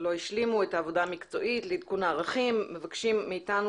לא השלימו את העבודה המקצועית לעדכון הערכים מבקשים מאיתנו